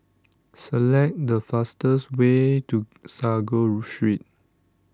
Select The fastest Way to Sago Street